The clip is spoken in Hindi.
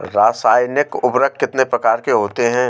रासायनिक उर्वरक कितने प्रकार के होते हैं?